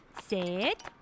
set